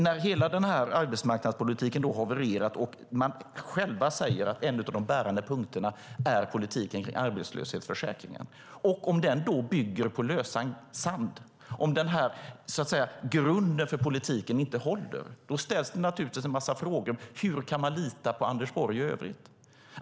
När hela denna arbetsmarknadspolitik har havererat, och man själv säger att en av de bärande punkterna är politiken kring arbetslöshetsförsäkringen, och om den då bygger på lösan sand, alltså om denna grund för politiken inte håller, då ställs det naturligtvis en massa frågor om hur man kan lita på Anders Borg i övrigt.